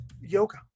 yoga